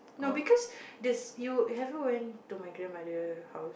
no because the you have you went to my grandmother house